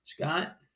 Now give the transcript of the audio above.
Scott